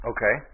Okay